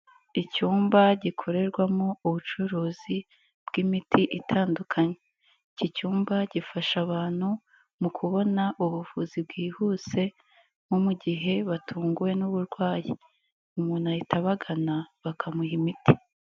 iIcyumba gikorerwamo ubucuruzi bw'imiti itandukanye, iki cyumba gifasha abantu, mu kubona ubuvuzi bwihuse nko mu gihe batunguwe n'uburwayi, umuntu ahita abagana, bakamuha imiti.